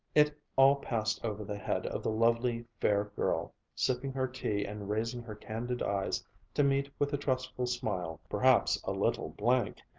it all passed over the head of the lovely, fair girl, sipping her tea and raising her candid eyes to meet with a trustful smile, perhaps a little blank,